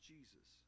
Jesus